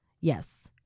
Yes